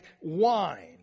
wine